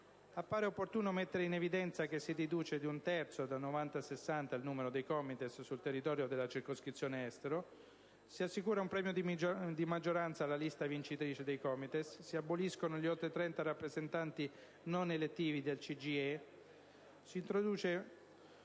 appare opportuno mettere in evidenza che: si riduce di un terzo (da 90 a 60) il numero dei COMITES sul territorio della circoscrizione Estero; si assicura un premio di maggioranza alla lista vincitrice del COMITES; si aboliscono gli oltre 30 rappresentanti non elettivi del CGIE; si introduce